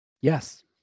Yes